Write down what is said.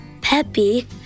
Peppy